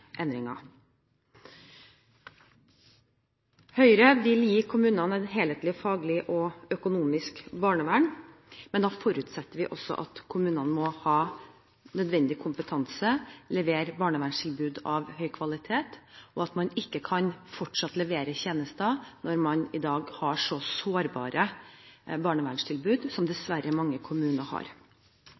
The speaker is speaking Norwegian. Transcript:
endringer. Høyre vil gi kommunene et helhetlig, faglig og økonomisk barnevern. Men da forutsetter vi også at kommunene må ha nødvendig kompetanse, levere barnevernstilbud av høy kvalitet, og at man ikke kan fortsette å levere tjenester når man i dag har så sårbare barnevernstilbud som mange kommuner dessverre har.